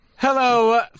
Hello